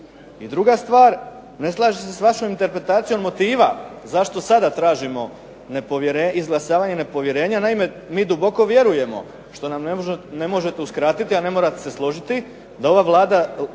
I druga stvar, ne slažem se s vašom interpretacijom motiva zašto sada tražimo nepovjerenje, izglasavanje nepovjerenja. Naime mi duboko vjerujemo što nam ne možete uskratiti, a ne morate se složiti, da ova Vlada